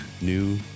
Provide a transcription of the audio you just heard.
new